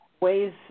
Ways